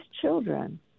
children